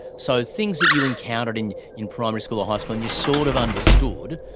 so things that you encountered in in primary school or high school and you sort of understood,